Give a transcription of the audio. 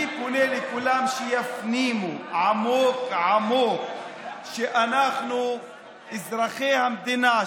אני פונה לכולם שיפנימו עמוק עמוק שאנחנו אזרחי המדינה,